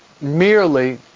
merely